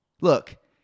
Look